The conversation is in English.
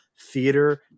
theater